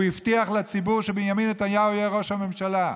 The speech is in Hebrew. הוא הבטיח לציבור שבנימין נתניהו יהיה ראש הממשלה.